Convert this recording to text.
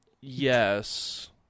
yes